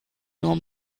nur